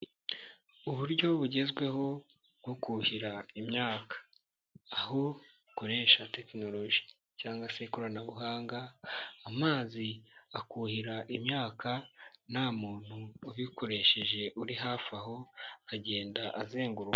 Uburyo bugezweho bwo kuhira imyaka, aho ukoresha tekinoloji cyangwa se ikoranabuhanga, amazi akuhira imyaka nta muntu ubikoresheje uri hafi aho, akagenda azenguruka.